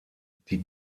die